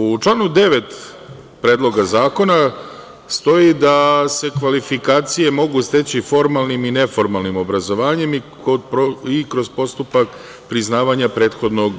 U članu 9. Predloga zakona stoji da se kvalifikacije mogu steći formalnim i neformalnim obrazovanjem i kroz postupak priznavanja prethodnog